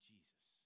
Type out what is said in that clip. Jesus